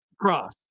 cross